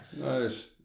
nice